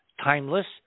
Timeless